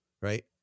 Right